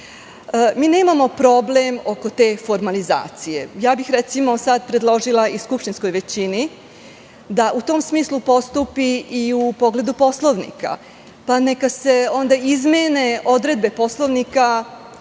plata. Nemamo problem oko te formalizacije. Recimo, sada bih predložila i skupštinskoj većini da u tom smislu postupi i u pogledu Poslovnika, pa neka se onda izmene odredbe Poslovnika